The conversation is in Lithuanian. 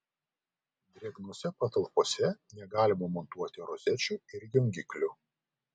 drėgnose patalpose negalima montuoti rozečių ir jungiklių